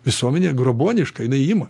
visuomenė grobuoniška jinai ima